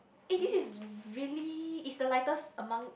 eh this is really is the lightest among